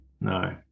no